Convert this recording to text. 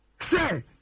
say